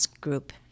group